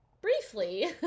briefly